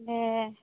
দে